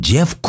Jeff